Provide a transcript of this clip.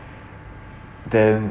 then